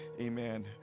amen